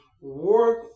work